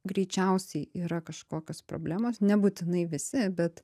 greičiausiai yra kažkokios problemos nebūtinai visi bet